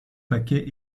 paquet